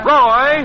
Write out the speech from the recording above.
Roy